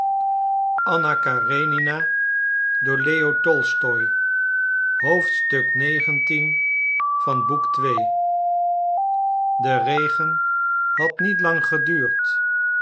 de regen had niet lang geduurd